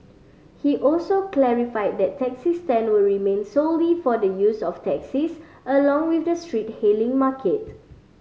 he also clarified that taxi stand will remain solely for the use of taxis along with the street hailing market